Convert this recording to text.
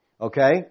Okay